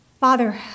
Father